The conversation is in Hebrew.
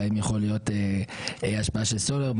והאם יכולה להיות השפעה של סולר,